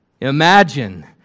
Imagine